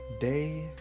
day